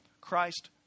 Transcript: Christ